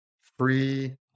free